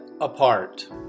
Apart